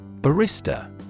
Barista